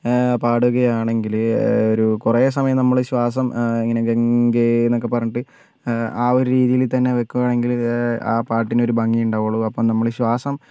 പാടുകയാണെങ്കിൽ ഒരു കുറേ സമയം നമ്മൾ ശ്വാസം ഇങ്ങനെ ഗംഗേ എന്നൊക്കെ പറഞ്ഞിട്ട് ആ ഒരു രീതിയിൽ തന്നെ വയ്ക്കുവാണെങ്കിൽ ആ പാട്ടിന് ഒരു ഭംഗി ഉണ്ടാവുള്ളൂ അപ്പം നമ്മൾ ശ്വാസം